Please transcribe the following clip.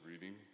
reading